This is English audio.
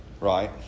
right